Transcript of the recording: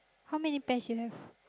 how many pairs you have